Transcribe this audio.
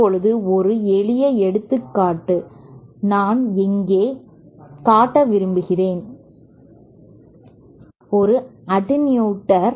இப்போது ஒரு எளிய எடுத்துக்காட்டு நான் இங்கே காட்ட விரும்புகிறேன் ஒரு அட்டென்யூட்டர்